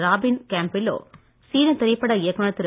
robin Campillo சீன திரைப்பட இயக்குனர் திரு